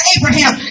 Abraham